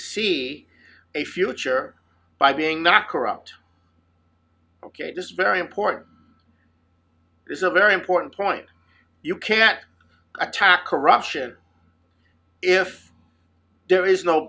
see a future by being not corrupt ok this is very important is a very important point you can't attack corruption if there is no